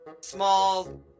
small